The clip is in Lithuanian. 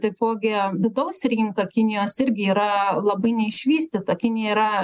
taipogi vidaus rinka kinijos irgi yra labai neišvystyta kinija yra